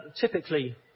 typically